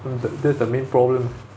mm that that's the main problem